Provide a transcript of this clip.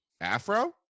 afro